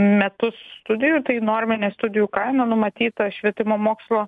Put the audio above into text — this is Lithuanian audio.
metus studijų tai norminė studijų kaina numatyta švietimo mokslo